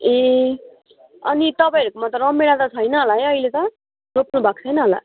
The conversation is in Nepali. ए अनि तपैहरूकोमा त रमभेडा त छैन होला है अहिले त रोप्नु भएको छैन होला